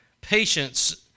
Patience